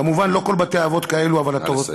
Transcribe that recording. כמובן, לא כל בתי-האבות כאלה, נא לסיים.